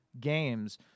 games